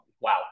wow